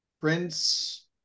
prince